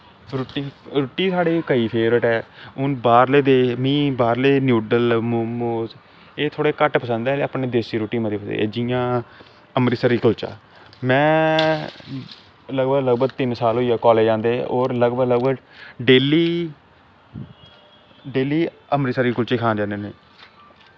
रुट्टी साढ़ी कजी फेबरट ऐ हून बाह्रले मीं न्यूडल मोमोस एह् थोह्ड़ा घट्ट पसंद ऐ ते अपनी देस्सी रुट्टी मती पसंद ऐ जियां अमरतसरी कुल्चा मैं लगभग लगभग तिन्न साल होइये कालेज जंदे लगभग लगभग डेल्ली डेल्ली अमरतसरी कुल्चे खान जन्ने होन्ने आं